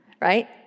right